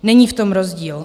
Není v tom rozdíl.